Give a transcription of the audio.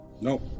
No